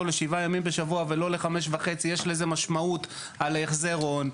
ל-7 ימים בשבוע ולא ל-5.5 יש לזה משמעות על החזר ההון.